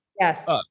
Yes